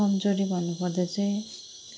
कम्जोरी भन्नुपर्दा चाहिँ